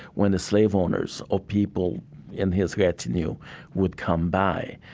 when the slave owners or people in his retinue would come by.